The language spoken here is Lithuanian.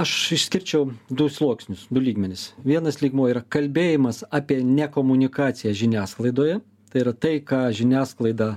aš išskirčiau du sluoksnius du lygmenis vienas lygmuo yra kalbėjimas apie ne komunikaciją žiniasklaidoje tai yra tai ką žiniasklaida